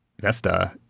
Vesta